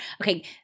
Okay